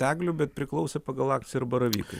eglių bet priklausė pagal akciją ir baravykai